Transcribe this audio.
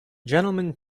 gentlemen